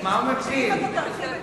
שאם אתה תרחיב את